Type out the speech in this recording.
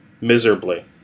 miserably